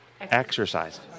exercise